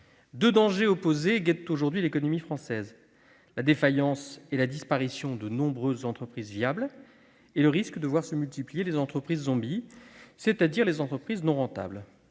Deux dangers opposés guettent l'économie française : la défaillance et la disparition de nombreuses entreprises viables et le risque de voir se multiplier les entreprises « zombies », c'est-à-dire les entreprises non rentables.